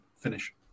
finish